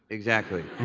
exactly.